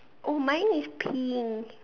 oh mine is pink